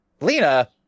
Lena